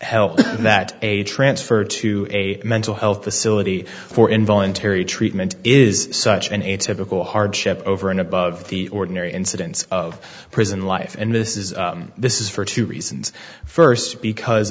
help that a transfer to a mental health facility for involuntary treatment is such an atypical hardship over and above the ordinary incidents of prison life and this is this is for two reasons first because